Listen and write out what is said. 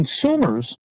consumers